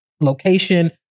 location